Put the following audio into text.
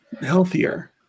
healthier